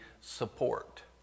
support